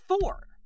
four